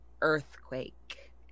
earthquake